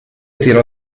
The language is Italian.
tiro